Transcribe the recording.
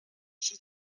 she